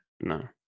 No